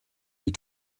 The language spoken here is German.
die